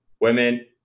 women